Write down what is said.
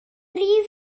rif